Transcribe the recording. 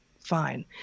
Fine